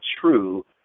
true